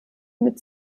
mit